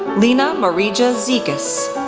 lina marija zikas.